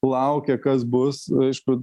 laukia kas bus aišku